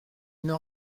n’en